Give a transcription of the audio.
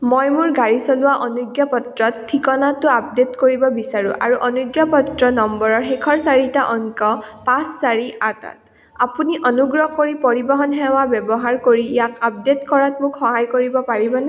মই মোৰ গাড়ী চলোৱা অনুজ্ঞাপত্ৰত ঠিকনাটো আপডে'ট কৰিব বিচাৰোঁ আৰু অনুজ্ঞাপত্ৰ নম্বৰৰ শেষৰ চাৰিটা অংক পাঁচ চাৰি আঠ আঠ আপুনি অনুগ্ৰহ কৰি পৰিবহণ সেৱা ব্যৱহাৰ কৰি ইয়াক আপডে'ট কৰাত মোক সহায় কৰিব পাৰিবনে